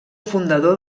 fundador